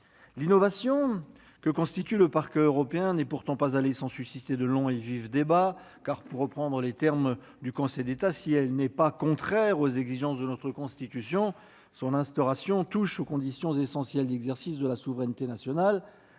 L'innovation que constitue le Parquet européen n'est pourtant pas allée sans susciter de longs et vifs débats, car, pour reprendre les termes de l'avis du Conseil d'État, si elle n'est pas contraire aux exigences de notre Constitution, son instauration touche aux conditions essentielles d'exercice de la souveraineté nationale.